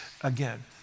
again